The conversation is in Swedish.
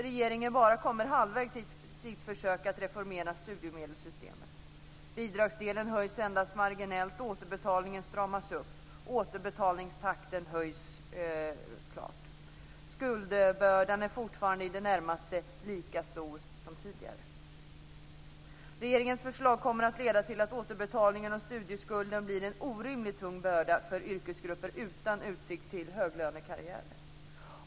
Regeringen kommer bara halvvägs i sitt försök att reformera studiemedelssystemet. Bidragsdelen höjs endast marginellt, och återbetalningen stramas upp. Återbetalningstakten höjs. Skuldbördan är fortfarande i det närmaste lika stor som tidigare. Regeringens förslag kommer att leda till att återbetalningen av studieskulden blir en orimligt tung börda för yrkesgrupper utan utsikt till höglönekarriärer.